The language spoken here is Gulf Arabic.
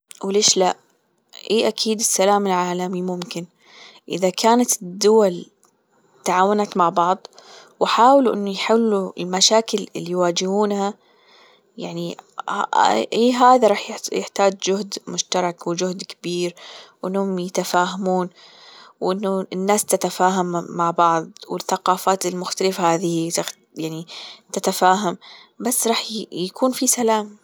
وليش لأ إيه أكيد السلام العالمي ممكن إذا كانت الدول تعاونت مع بعض وحاولوا إنه يحلوا المشاكل اللي يواجهونها يعني إيه هذا راح يحتاج جهد مشترك وجهد كبير وإنهم يتفاهمون وإنه الناس تتفاهم مع بعض والثقافات المختلفة هذه يعني تتفاهم بس راح يكون في سلام.